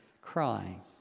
crying